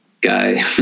guy